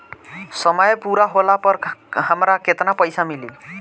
समय पूरा होला पर हमरा केतना पइसा मिली?